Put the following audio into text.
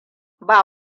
ba